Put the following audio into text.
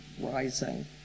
rising